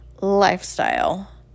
lifestyle